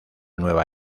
nueva